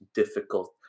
difficult